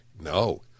No